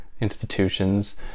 institutions